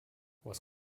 was